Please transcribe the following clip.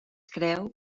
creu